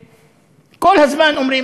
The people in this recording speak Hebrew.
כל הזמן אומרים: